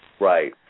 Right